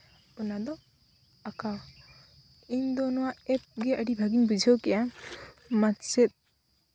ᱚᱱᱟ ᱫᱚ ᱟᱸᱠᱟᱣ ᱤᱧᱫᱚ ᱱᱚᱣᱟ ᱮᱯ ᱜᱮ ᱟᱹᱰᱤ ᱵᱷᱟᱹᱜᱤᱧ ᱵᱩᱡᱷᱟᱹᱣ ᱠᱮᱜᱼᱟ ᱢᱟᱪᱮᱫ